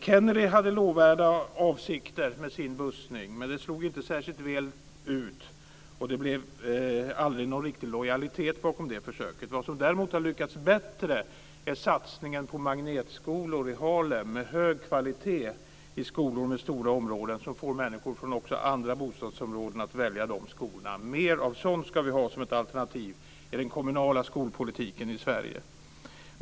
Kennedy hade lovvärda avsikter med sin bussning, men det slog inte särskilt väl ut, och det blev aldrig någon riktig lojalitet bakom det försöket. Vad som däremot har lyckats bättre är satsningen på magnetskolor i Harlem med hög kvalitet i skolor med stora upptagningsområden. Också människor från andra bostadsområden väljer de skolorna. Mer av sådant ska vi ha som ett alternativ till den kommunala skolpolitiken i Sverige.